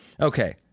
Okay